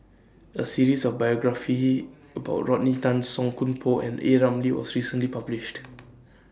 A series of biographies about Rodney Tan Song Koon Poh and A Ramli was recently published